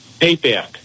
Payback